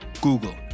Google